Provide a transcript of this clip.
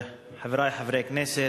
חברי חברי הכנסת,